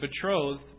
betrothed